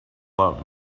love